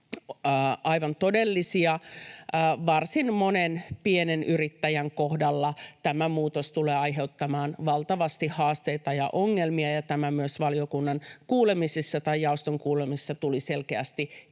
aivan todellisia. Varsin monen pienen yrittäjän kohdalla tämä muutos tulee aiheuttamaan valtavasti haasteita ja ongelmia, ja tämä myös valiokunnan jaoston kuulemisissa tuli selkeästi esiin.